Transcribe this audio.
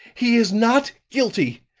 he is not guilty!